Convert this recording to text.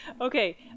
Okay